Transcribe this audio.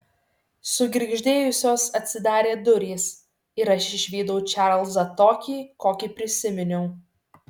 sugirgždėjusios atsidarė durys ir aš išvydau čarlzą tokį kokį prisiminiau